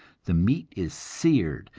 the meat is seared,